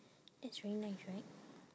that's very nice right